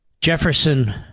Jefferson